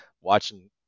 watching